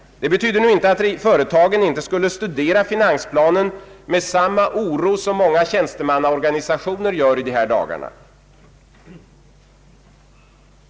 Det betyder nu inte att företagen inte skulle studera finansplanen med samma oro som många tjänstemannaorganisationer gör i de här dagarna.